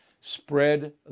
spread